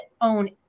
own